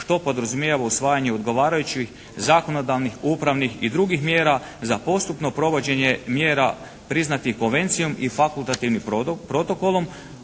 što podrazumijeva usvajanje odgovarajućih zakonodavnih, upravnih i drugih mjera za postupno provođenje mjera priznatih konvencijom i fakultativnim protokolom